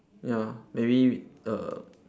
ya maybe err